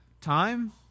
time